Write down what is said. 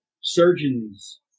surgeons